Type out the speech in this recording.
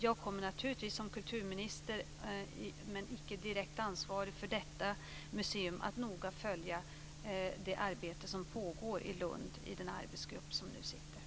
Som kulturminister kommer jag naturligtvis - utan att jag är direkt ansvarig för detta museum - att noga följa det arbete som pågår i Lund i den arbetsgrupp som nu sitter.